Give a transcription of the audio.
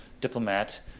diplomat